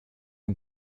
und